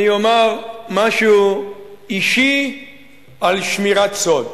אני אומר משהו אישי על שמירת סוד.